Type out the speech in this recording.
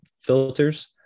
filters